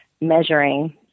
measuring